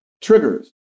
triggers